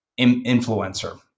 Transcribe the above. influencer